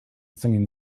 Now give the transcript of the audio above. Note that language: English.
singing